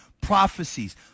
prophecies